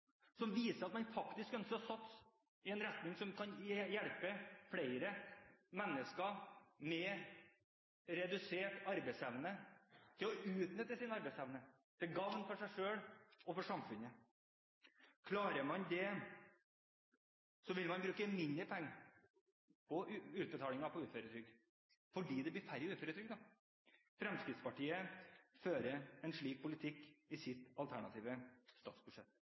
som viser at man faktisk ønsker å satse i en retning som kan hjelpe flere mennesker med redusert arbeidsevne til å utnytte sin arbeidsevne til gagn for seg selv og for samfunnet. Klarer man det, vil man bruke mindre penger på utbetalinger til uføretrygd – fordi det blir færre uføretrygdede. Fremskrittspartiet fører en slik politikk i sitt alternative statsbudsjett.